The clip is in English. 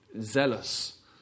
zealous